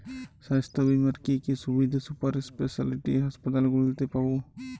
স্বাস্থ্য বীমার কি কি সুবিধে সুপার স্পেশালিটি হাসপাতালগুলিতে পাব?